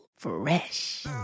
Fresh